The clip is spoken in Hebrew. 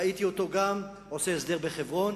ראיתי אותו עושה גם הסדר בחברון.